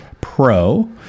Pro